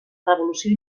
revolució